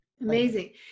Amazing